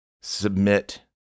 Submit